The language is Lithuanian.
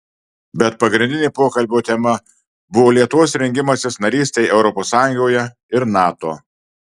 bet pagrindinė pokalbio tema buvo lietuvos rengimasis narystei europos sąjungoje ir nato